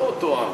לא אותו עם.